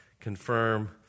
confirm